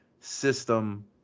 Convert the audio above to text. system